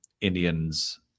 Indians